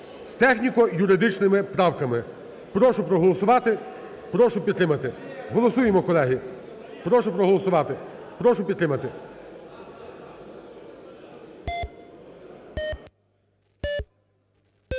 з техніко-юридичними правками. Прошу проголосувати, прошу підтримати. Голосуємо, колеги. Прошу проголосувати. Прошу підтримати.